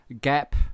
gap